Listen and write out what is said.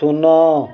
ଶୂନ